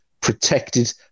protected